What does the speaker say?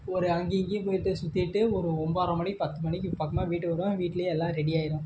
ஒரு அங்கிங்கேயும் போய்ட்டு சுத்திவிட்டு ஒரு ஒம்போதரை மணி பத்து மணிக்கு பக்கமாக வீட்டுக்கு வருவேன் வீட்லேயும் எல்லாம் ரெடி ஆயிடும்